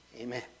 Amen